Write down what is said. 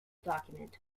document